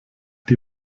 die